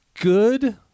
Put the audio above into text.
good